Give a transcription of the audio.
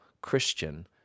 Christian